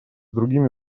другими